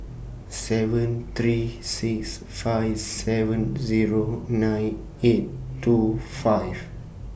seven three six five seven Zero nine eight two five